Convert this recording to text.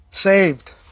Saved